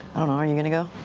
are you going to go?